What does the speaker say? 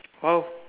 !wow!